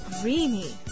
creamy